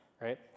right